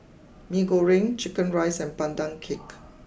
Mee Goreng Chicken Rice and Pandan Cake